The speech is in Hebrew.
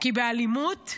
כי באלימות,